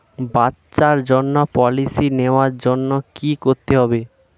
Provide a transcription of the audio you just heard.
বাচ্চার জন্য পলিসি নেওয়ার জন্য কি করতে হবে?